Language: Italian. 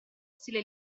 stile